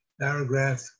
paragraph